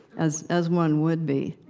as as one would be.